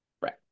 right